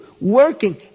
working